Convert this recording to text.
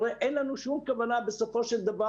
הרי אין לנו שום כוונה בסופו של דבר